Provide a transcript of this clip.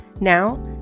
Now